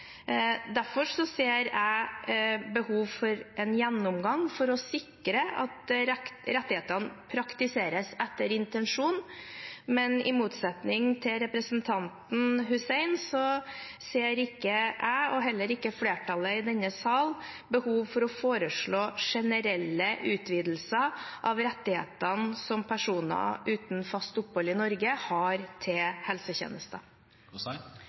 Derfor ser jeg behov for en gjennomgang for å sikre at rettighetene praktiseres etter intensjonen. Men i motsetning til representanten Hussein ser ikke jeg, og heller ikke flertallet i denne salen, behov for å foreslå generelle utvidelser av rettighetene som personer uten fast opphold i Norge har til helsetjenester.